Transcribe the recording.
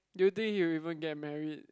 do you think he will even get married